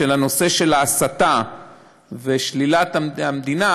של הנושא של הסתה ושלילת המדינה